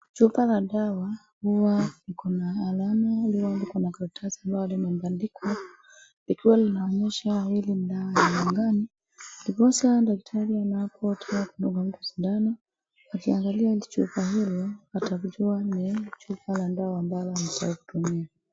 Chupa la dawa huwa iko na alama iliyoandikwa na karatasi ambayo imebandikwa. Ikiwa linaonyesha hili dawa ni nila ndani ndiposa daktari anapotoa kudunga mtu sindano akiangalia kichupa hilo atajua ni chupa la dawa ambalo anataka kutumia.